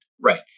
Right